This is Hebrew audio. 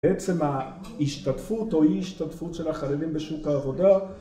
בעצם ההשתתפות או אי-ההשתתפות של החרדים בשוק העבודה